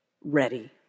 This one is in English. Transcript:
ready